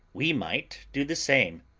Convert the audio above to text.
we might do the same.